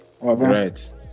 right